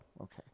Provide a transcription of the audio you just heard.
okay